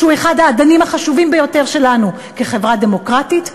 שהוא אחד האדנים החשובים ביותר שלנו כחברה דמוקרטית,